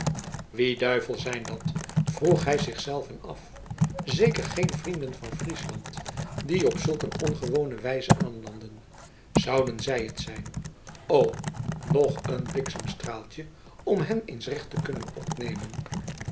wie duivel zijn dat vroeg hij zich zelven af zeker geen vrienden van friesland die op zulk een ongewone wijze aanlanden zouden zij het zijn o nog een bliksemstraaltje om hen eens recht te kunnen opnemen